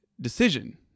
decision